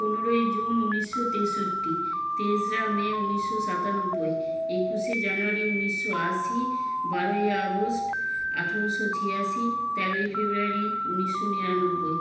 পনেরোই জুন উনিশশো তেষট্টি তেসরা মে উনিশশো সাতানব্বই একুশে জানুয়ারি উনিশশো আশি বারোই আগস্ট আঠোরোশো ছিয়াশি তেরোই ফেব্রুয়ারি উনিশশো নিরানব্বই